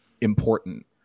important